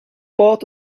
part